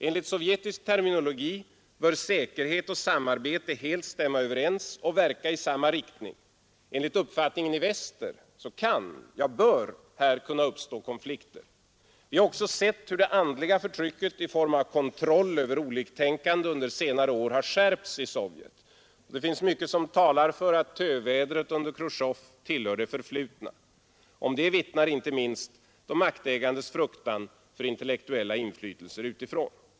Enligt sovjetisk terminologi bör säkerhet och samarbete helt stämma överens och verka i samma riktning; enligt uppfattningen i väster kan — ja bör — här kunna uppstå konflikter. Vi har också sett hur det andliga förtrycket i form av kontroll över ”oliktänkande” under senare år har skärpts i Sovjet. Det finns mycket som talar för att tövädret under Chrustjev tillhör det förflutna. Om det vittnar inte minst de maktägandes fruktan för intellektuella inflytelser utifrån.